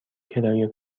کرایه